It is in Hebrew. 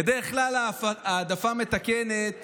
בדרך כלל, העדפה מתקנת